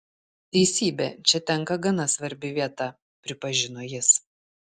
teisybė čia tenka gana svarbi vieta pripažino jis